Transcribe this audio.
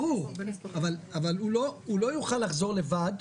ברור, אבל הוא לא יוכל לחזור לבד,